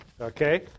Okay